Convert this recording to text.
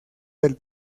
del